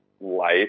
life